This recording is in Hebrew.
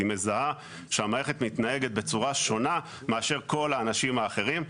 היא מזהה שהמערכת מתנהגת בצורה שונה מאשר כל האנשים האחרים.